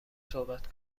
صحبت